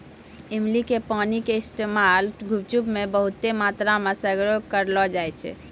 इमली के पानी के इस्तेमाल गुपचुप मे बहुते मात्रामे सगरे करलो जाय छै